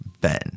Ben